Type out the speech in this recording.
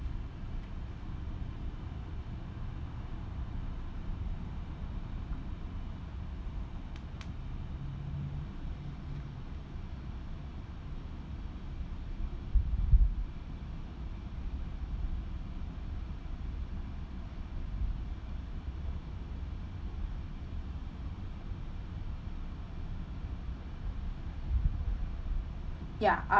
ya